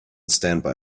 standby